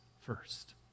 first